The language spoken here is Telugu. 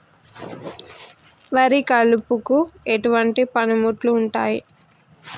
వరి కలుపుకు ఎటువంటి పనిముట్లు ఉంటాయి?